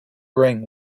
ring